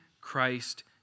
Christ